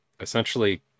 essentially